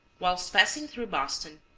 whilst passing through boston.